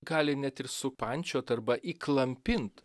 gali net ir supančiot arba įklampint